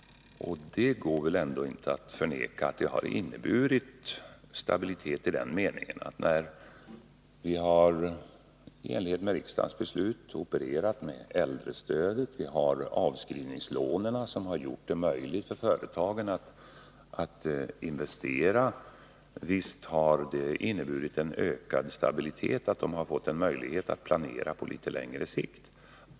Det går väl ändå inte att förneka att när vi, i enlighet med riksdagens beslut, har opererat med äldrestödet, med avskrivningslånen — som gjort det möjligt för företagen att investera — så har det inneburit en ökad stabilitet just därför att företagen fått en möjlighet att planera på litet längre sikt.